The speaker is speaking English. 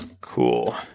cool